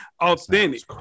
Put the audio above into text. authentic